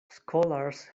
scholars